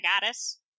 goddess